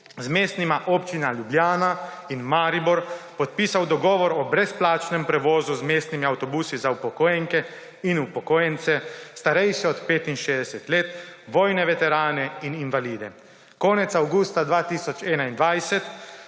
z mestnima občinama Ljubljana in Maribor podpisal dogovor o brezplačnem prevozu z mestnimi avtobusi za upokojenke in upokojence, starejše od 65 let, vojne veterane in invalide. Konec avgusta 2021